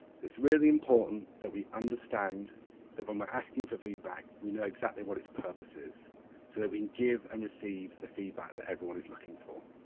it's really important that we understand that, when we are asking for feedback, we know exactly what its purpose is, so that we can give and receive the feedback that everyone is looking for.